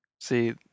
See